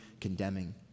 condemning